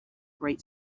great